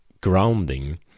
grounding